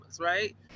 right